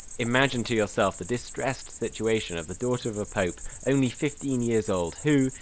imagine to yourself the distressed situation of the daughter of a pope, only fifteen years old, who,